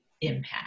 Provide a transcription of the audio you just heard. impact